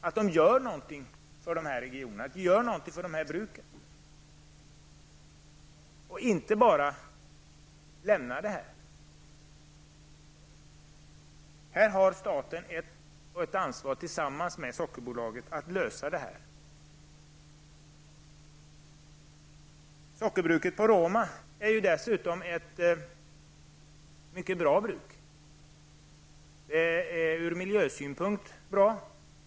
De skall göra någonting för de här regionerna och bruken och inte bara lämna dem. Staten har ett ansvar tillsammans med Sockerbolaget att lösa problemet. Sockerbruket på Roma är dessutom ett mycket bra bruk. Det är bra ur miljösynpunkt.